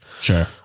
Sure